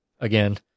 again